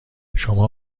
شما